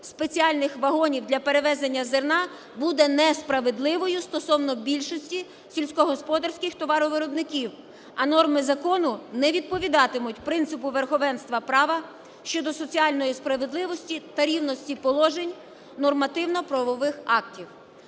спеціальних вагонів для перевезення зерна буде несправедливою стосовно більшості сільськогосподарських товаровиробників, а норми закону не відповідатимуть принципу верховенства права щодо соціальної справедливості та рівності положень нормативно-правових актів.